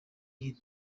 iyi